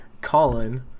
colin